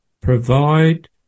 provide